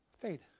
fade